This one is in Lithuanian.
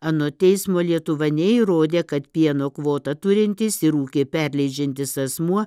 anot teismo lietuva neįrodė kad pieno kvotą turintis ir ūkį perleidžiantis asmuo